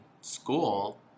school